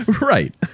Right